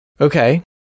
okay